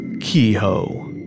Kehoe